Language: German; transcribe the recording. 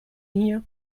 hier